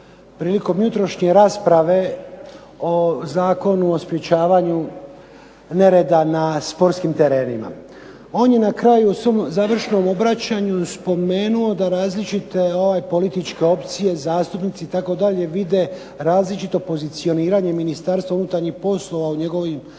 prilikom jutrošnje rasprave o Zakonu o sprječavanju nereda na sportskim terenima. On je na kraju u svom završnom obraćanju spomenuo da različite ove političke opcije, zastupnici itd. vide različito pozicioniranje Ministarstva unutarnjih poslova u njegovim